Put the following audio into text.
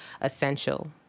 essential